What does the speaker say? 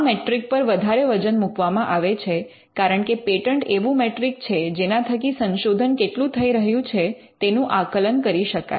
આ મેટ્રિક પર વધારે વજન મૂકવામાં આવે છે કારણકે પેટન્ટ એવું મેટ્રિક છે જેના થકી સંશોધન કેટલું થઈ રહ્યું છે તેનું આકલન કરી શકાય